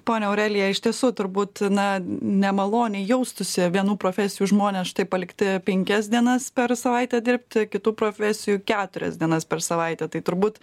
ponia aurelija iš tiesų turbūt na nemaloniai jaustųsi vienų profesijų žmonės taip palikti penkias dienas per savaitę dirbti kitų profesijų keturias dienas per savaitę tai turbūt